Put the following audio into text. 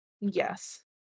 Yes